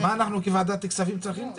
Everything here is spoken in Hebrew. אז מה אנחנו כוועדת הכספים צריכים?